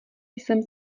jsem